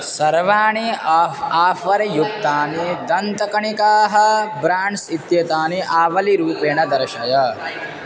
सर्वाणि आफ् आफ़र् युक्तानि दन्तकणिकाः ब्राण्ड्स् इत्येतानि आवलिरूपेण दर्शय